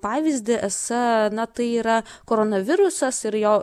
pavyzdį esą na tai yra koronavirusas ir jo